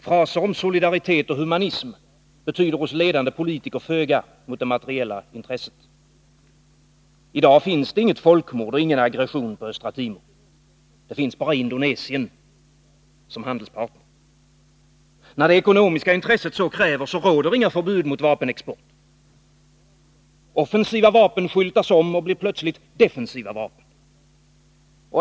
Fraser om solidaritet och humanism betyder hos ledande politiker föga mot det materiella intresset. I dag förekommer inget folkmord och ingen aggression på Östra Timor. Där finns bara Indonesien såsom handelspartner. När det ekonomiska intresset så kräver, råder inga förbud mot vapenexport. Offensiva vapen skyltas om och blir plötsligt defensiva vapen.